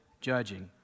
judging